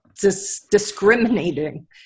discriminating